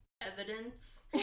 evidence